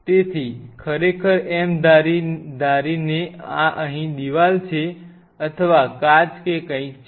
તેથી ખરેખર એમ ધારીને કે આ અહીં દિવાલ છે અથવા કાચ કે કંઈક છે